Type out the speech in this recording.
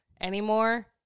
anymore